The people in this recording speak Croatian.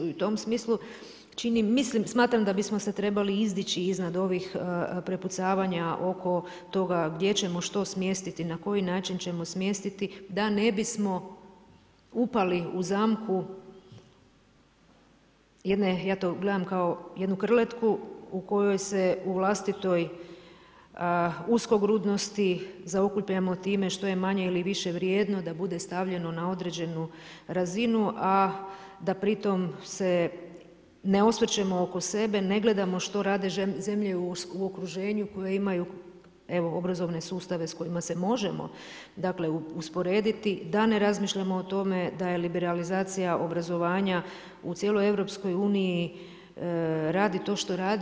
I u tom smislu mislim da bi smo se trebali izdići iznad ovih prepucavanja oko toga gdje ćemo što smjestiti na koji način ćemo smjestiti da ne bi smo upali u zamku jedne, ja to gledam kao jednu krletku u kojoj se u vlastitoj uskogrudnosti zaokupljamo time što je manje ili više vrijedno, da bude stavljeno na određenu razinu, a da pri tom se ne osvrćemo oko sebe, ne gledamo što rade zemlje u okruženju koje imaju evo obrazovne sustave s kojima se možemo usporediti, da ne razmišljamo o tome da je liberalizacija obrazovanja u cijeloj Europskoj uniji, radi to što radi.